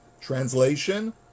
Translation